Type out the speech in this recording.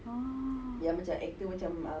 oh